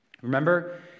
Remember